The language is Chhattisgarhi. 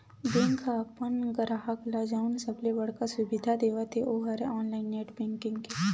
बेंक ह अपन गराहक ल जउन सबले बड़का सुबिधा देवत हे ओ हरय ऑनलाईन नेट बेंकिंग के